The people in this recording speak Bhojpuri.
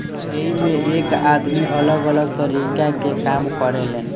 एइमें एक आदमी अलग अलग तरीका के काम करें लेन